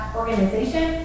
organization